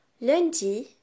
Lundi